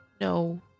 No